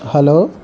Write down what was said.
hello